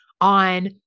on